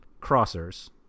crossers